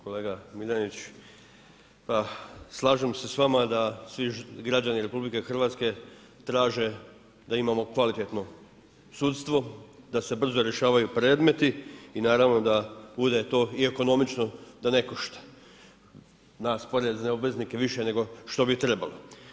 Kolega Miljenić, pa slažem se s vama da svi građani RH traže da imamo kvalitetno sudstvo, da se brzo rješavaju predmeti i naravno da bude to i ekonomično i da ne košta nas porezne obveznike više nego što bi trebalo.